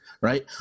right